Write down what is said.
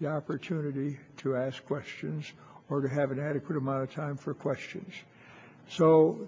the opportunity to ask questions or to have an adequate amount of time for questions so